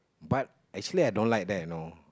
but actually I don't like that you know